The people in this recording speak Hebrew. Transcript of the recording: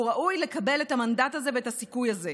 והוא ראוי לקבל את המנדט הזה ואת הסיכוי הזה.